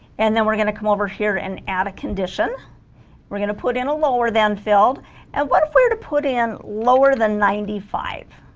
and then we're gonna come over here and add a condition we're gonna put in a lower than filled and what if we were to put in lower than ninety five